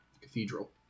cathedral